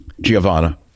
Giovanna